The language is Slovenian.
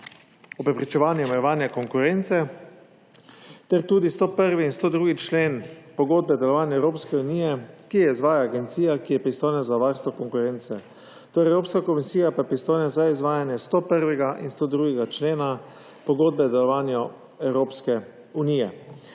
o preprečevanju omejevana konkurence ter tudi 101. in 102. člen Pogodbe o delovanju Evropske unije, ki jo izvaja agencija, ki je pristojna za varstvo konkurence. Evropska komisija pa je pristojna za izvajanje 101. in 102. člena Pogodbe o delovanju Evropske unije.